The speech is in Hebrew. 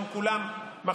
תודה.